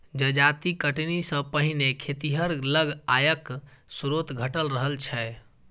जजाति कटनी सॅ पहिने खेतिहर लग आयक स्रोत घटल रहल छै